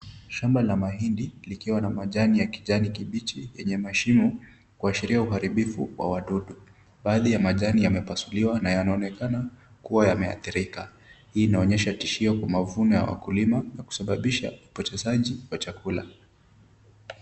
Shamba la mahindi likiwa na majani ya kijani kibichi yenye mashimo kuashiria uharibifu wa wadudu. Baadhi ya majani yamepasuliwa na yanaonekana kuwa yameathirika. Hii inaonyesha tishio kwa mavuno ya wakulima na kusababisha upotezaji wa chakula.